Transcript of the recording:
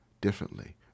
differently